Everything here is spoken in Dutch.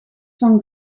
van